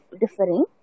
differing